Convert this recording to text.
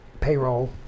payroll